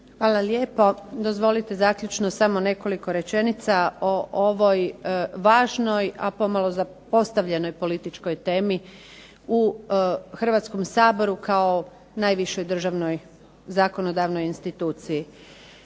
Hvala lijepo. Dozvolite zaključno samo nekoliko rečenica o ovoj važnoj a pomalo zapostavljenoj političkoj temi u Hrvatskom saboru kao najvišoj državnoj zakonodavnoj instituciji.